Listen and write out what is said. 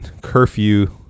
Curfew